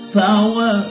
power